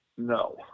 No